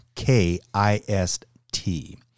k-i-s-t